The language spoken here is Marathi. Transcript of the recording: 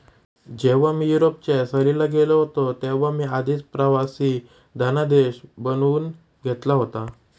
जेव्हा मी युरोपच्या सहलीला गेलो होतो तेव्हा मी आधीच प्रवासी धनादेश बनवून घेतला होता